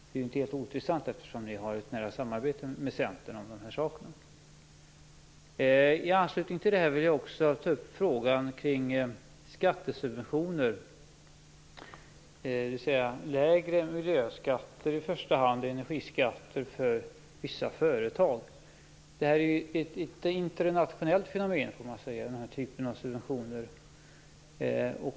Det är inte helt ointressant, eftersom regeringen ju har ett nära samarbete med Centern. I anslutning till detta vill jag också ta upp frågan om skattesubventioner, dvs. i första hand lägre miljöoch energiskatter för vissa företag. Den här typen av subventioner är ett internationellt fenomen.